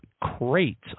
crates